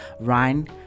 ryan